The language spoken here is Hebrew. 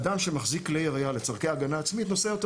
אדם שמחזיק כלי ירייה לצורכי הגנה עצמית נושא אותו